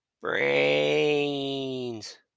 Brains